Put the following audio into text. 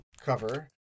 cover